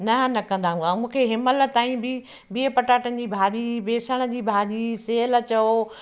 ना न कंदा हुआ मूंखे हिनमहिल ताईं बि बिह पटाटनि जी भाॼी बेसण जी भाॼी सेहल चओ